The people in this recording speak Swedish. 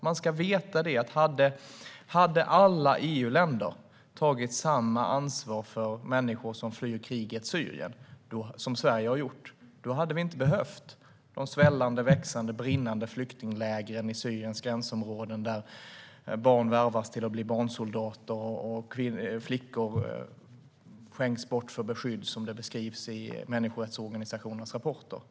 Man ska veta att om alla EU-länder hade tagit samma ansvar för människor på flykt från krigets Syrien som Sverige har gjort hade vi inte behövt de svällande, växande och brinnande flyktinglägren i Syriens gränsområden - läger där barn värvas till barnsoldater och flickor skänks bort för beskydd, vilket beskrivs i människorättsorganisationernas rapporter.